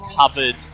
covered